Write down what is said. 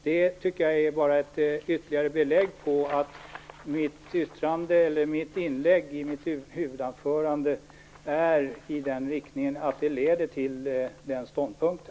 Det tycker jag bara är ett ytterligare belägg för det jag yttrade i mitt huvudanförande, att det leder till den ståndpunkten.